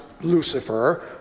Lucifer